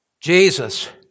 Jesus